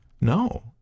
No